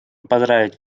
поздравить